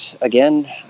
again